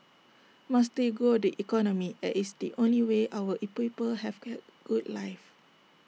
must still grow the economy as it's the only way our in people have can good life